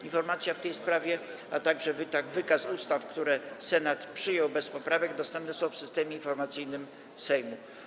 Informacja w tej sprawie, a także wykaz ustaw, które Senat przyjął bez poprawek, dostępne są w Systemie Informacyjnym Sejmu.